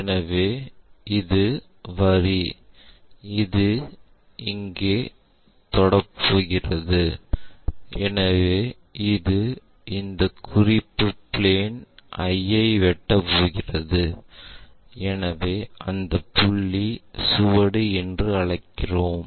எனவே இது வரி இது இங்கே தொடப்போகிறது எனவே இது இந்த குறிப்பு பிளேன் ஐ வெட்டப் போகிறது எனவே அந்த புள்ளி சுவடு என்று அழைக்கிறோம்